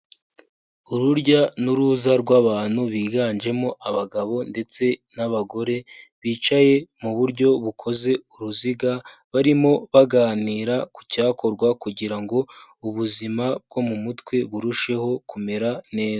Urujya n'uruza rw'abantu biganjemo abagabo ndetse n'abagore, bicaye mu buryo bukoze uruziga barimo baganira ku cyakorwa kugira ngo ubuzima bwo mu mutwe burusheho kumera neza.